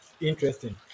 interesting